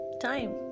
Time